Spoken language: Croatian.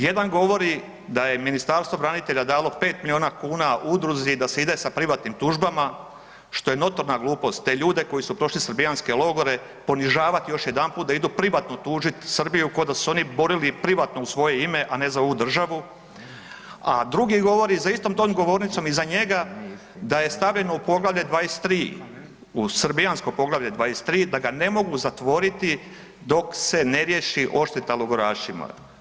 Jedan govori da je Ministarstvo branitelja dalo udruzi da se ide sa privatnim tužbama što je notorna glupost te ljude koji su prošli srbijanske logore ponižavati još jedanput da idu privatno tužiti Srbiju ko da su se oni borili privatno u svoje ime, a ne za ovu državu, a drugi govori za istom tom govornici iza njega da je stavljeno u Poglavlje 23. u srbijansko Poglavlje 23. da ga ne mogu zatvoriti dok se ne riješi odšteta logorašima.